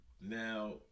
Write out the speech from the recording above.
Now